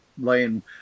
laying